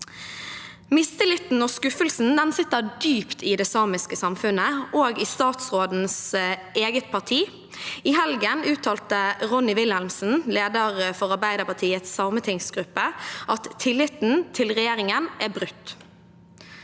Mistilliten og skuffelsen sitter dypt i det samiske samfunnet og i statsrådens eget parti. I helgen uttalte Ronny Wilhelmsen, leder for Arbeiderpartiets sametingsgruppe, at tilliten til regjeringen er brutt.